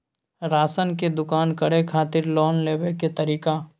Ration के दुकान करै खातिर लोन लेबै के तरीका?